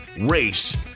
race